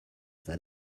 that